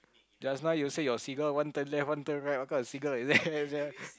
just now you say your seagull one turn left one turn right what kind of seagull is that sia